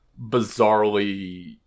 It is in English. bizarrely